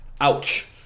Ouch